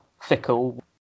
fickle